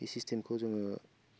बे सिस्टेमखौ जोङो